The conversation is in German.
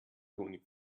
toni